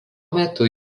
metu